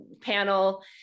panel